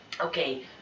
okay